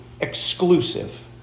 exclusive